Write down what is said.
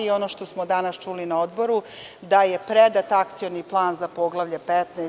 Ono što smo danas čuli na Odboru, jeste da je predat Akcioni plan za Poglavlje 15.